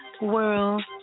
world